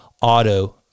auto